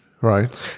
Right